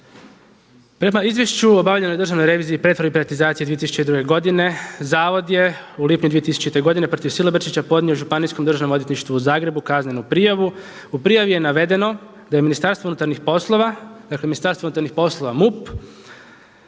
Prema izvješću obavljene Državne revizije pretvorbe i privatizacije 2002. godine zavod je u lipnju 2000. godine protiv Silobrčića podnio Županijskom državnom odvjetništvu u Zagrebu kaznenu prijavu. U prijavi je navedeno da je MUP zbog postojanja osnovane sumnje MUP je o krivičnim djelima koja